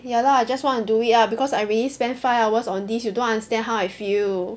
ya lah I just want to do it lah because I already spend five hours on this you don't understand how I feel